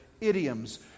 idioms